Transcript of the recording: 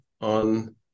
on